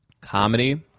comedy